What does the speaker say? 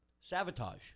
Sabotage